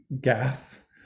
gas